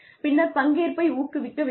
பின்னர் பங்கேற்பை ஊக்குவிக்க வேண்டும்